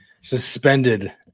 suspended